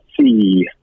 see